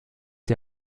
die